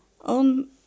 on